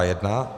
1.